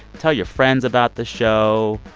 tell your friends about the show.